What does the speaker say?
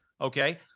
Okay